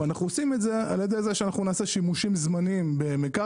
ואנחנו עושים את זה על ידי זה שאנחנו נעשה שימושים זמניים במקרקעין,